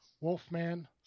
Wolfman